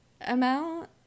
amount